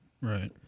right